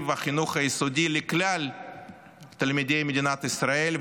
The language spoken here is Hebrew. החינוך היסודי לכלל תלמידי מדינת ישראל,